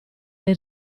dai